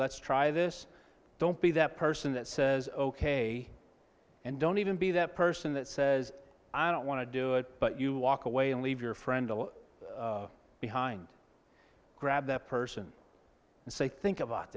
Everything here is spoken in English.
let's try this don't be that person that says ok and don't even be that person that says i don't want to do it but you walk away and leave your friend all behind grab that person and say think about